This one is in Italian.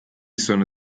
sono